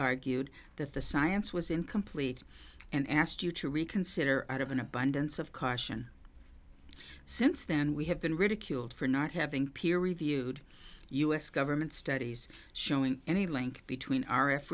argued that the science was incomplete and asked you to reconsider out of an abundance of caution since then we have been ridiculed for not having peer reviewed us government studies showing any link between